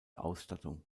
ausstattung